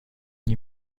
این